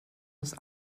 his